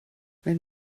wenn